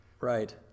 right